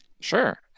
Sure